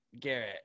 Garrett